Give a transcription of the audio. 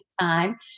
time